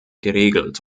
geregelt